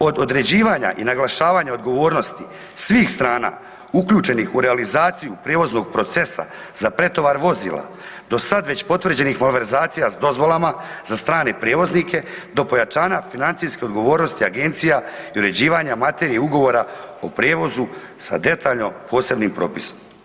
Od određivanja i naglašavanja odgovornosti svih strana uključenih u realizaciju prijevoznog procesa za pretovar vozila do sad već potvrđenih malverzacija s dozvolama za strane prijevoznike do pojačanja financijske odgovornosti agencija i uređivanje materije ugovora o prijevozu sa detaljno posebnim propisom.